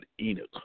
Enoch